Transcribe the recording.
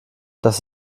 das